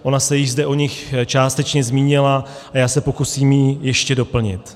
Ona se již zde o nich částečně zmínila a já se ji pokusím ještě doplnit.